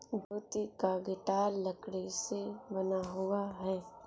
ज्योति का गिटार लकड़ी से बना हुआ है